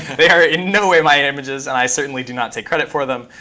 they are in no way my images, and i certainly do not take credit for them.